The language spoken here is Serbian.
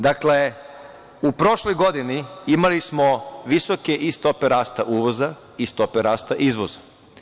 Dakle, u prošloj godini imali smo visoke stope rasta uvoza i stope rasta izvoza.